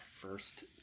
first